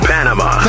Panama